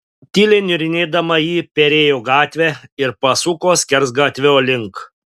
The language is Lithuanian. tyliai niurnėdama ji perėjo gatvę ir pasuko skersgatvio link